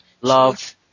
love